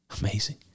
Amazing